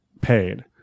paid